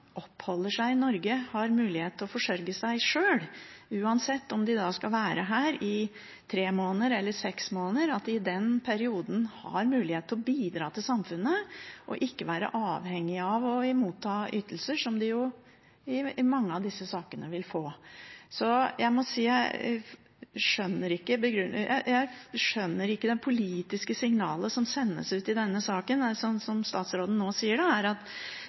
oppholder seg i Norge, har mulighet til å forsørge seg sjøl, uansett om de skal være her i tre måneder eller i seks måneder, at de i den perioden har mulighet til å bidra til samfunnet og ikke være avhengig av å motta ytelser, som de jo i mange av disse sakene vil få? Jeg skjønner ikke det politiske signalet som sendes ut i denne saken. Sånn som statsråden sier det nå, er